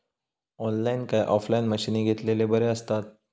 Online काय offline मशीनी घेतलेले बरे आसतात?